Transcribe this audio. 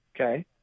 Okay